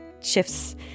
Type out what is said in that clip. shifts